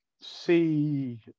see